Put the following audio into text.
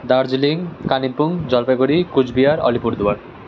Darjeeling Kalimpong Jalpaiguri Cooch Behar Alipurduar